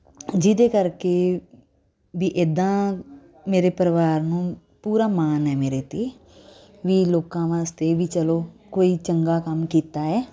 ਜਿਹਦੇ ਕਰਕੇ ਵੀ ਇੱਦਾਂ ਮੇਰੇ ਪਰਿਵਾਰ ਨੂੰ ਪੂਰਾ ਮਾਣ ਹੈ ਮੇਰੇ 'ਤੇ ਵੀ ਲੋਕਾਂ ਵਾਸਤੇ ਵੀ ਚਲੋ ਕੋਈ ਚੰਗਾ ਕੰਮ ਕੀਤਾ ਹੈ